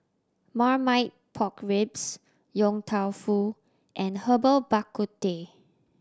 Marmite Pork Ribs Yong Tau Foo and Herbal Bak Ku Teh